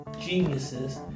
geniuses